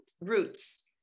roots